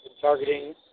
Targeting